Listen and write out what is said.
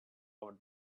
over